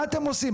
מה אתם עושים?